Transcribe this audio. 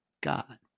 God